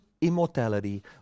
immortality